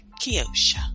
Kiosha